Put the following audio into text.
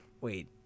Wait